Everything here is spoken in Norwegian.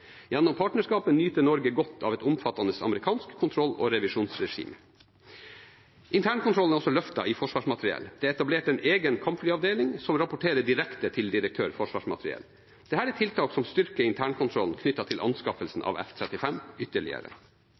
Gjennom partnerskapet nyter Norge godt av et omfattende amerikansk kontroll- og revisjonsregime. Internkontrollen er også løftet i Forsvarsmateriell. Det er etablert en egen kampflyavdeling som rapporterer direkte til direktøren for Forsvarsmateriell. Dette er tiltak som styrker internkontrollen knyttet til anskaffelsen av F-35 ytterligere.